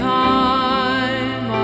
time